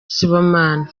sibomana